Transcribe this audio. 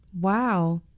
Wow